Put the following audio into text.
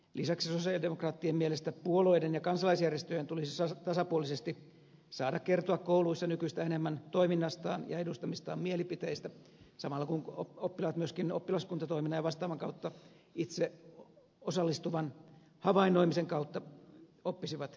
lisäksi sosialidemokraattien mielestä puolueiden ja kansalaisjärjestöjen tulisi tasapuolisesti saada kertoa kouluissa nykyistä enemmän toiminnastaan ja edustamistaan mielipiteistä sa malla kun oppilaat myöskin oppilaskuntatoiminnan ja vastaavan kautta itse osallistuvan havainnoimisen kautta oppisivat demokratiaa